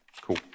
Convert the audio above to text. Cool